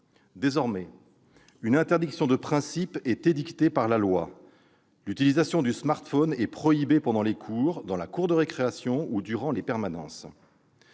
Désormais, une interdiction de principe est édictée par la loi. L'utilisation du smartphone est prohibée pendant les cours, dans la cour de récréation ou durant les permanences.